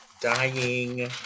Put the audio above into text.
dying